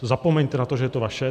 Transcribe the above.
Zapomeňte na to, že to je vaše.